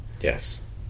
Yes